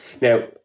Now